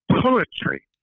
poetry